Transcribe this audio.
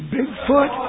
Bigfoot